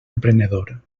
emprenedor